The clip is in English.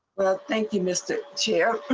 thank you mister chair